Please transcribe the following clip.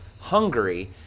Hungary